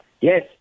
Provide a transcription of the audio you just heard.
Yes